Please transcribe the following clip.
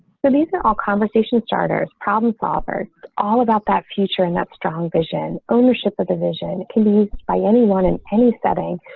so these are all conversation starters problem solver all about that future and that strong vision ownership of the vision can be by anyone in any setting.